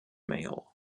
mail